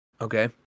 Okay